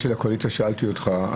לקואליציה שאלתי אותך,